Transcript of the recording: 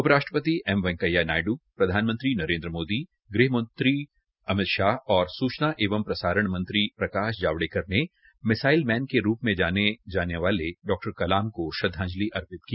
उप राष्ट्रपति एम वैकेंया नायडू प्रधानमंत्री नरेन्द मोदी गृहमंत्री अमित शाह और सूचना एवं प्रसारण मंत्री प्रकाश जावड़ेकर ने मिसाईल मैन के रूप मे जाने माने डॉ कलाम को श्रद्वांजलि आर्पित की